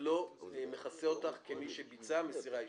לא מכסה אותך כמי שביצעה מסירה אישית?